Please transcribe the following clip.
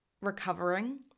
recovering